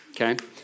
okay